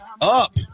up